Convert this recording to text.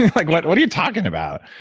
like what are you talking about,